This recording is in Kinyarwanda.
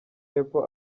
y’epfo